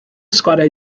sgwariau